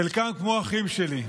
חלקם כמו אחים שלי.